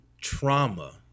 trauma